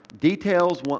details